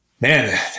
Man